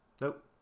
Nope